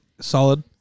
Solid